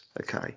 okay